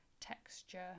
texture